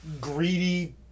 Greedy